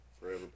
forever